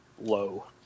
low